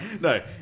no